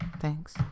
thanks